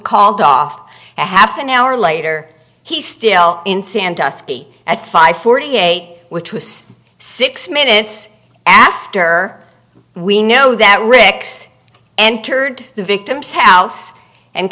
called off a half an hour later he still in sandusky at five forty eight which was six minutes after we know that rick's entered the victim's house and